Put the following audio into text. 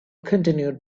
continued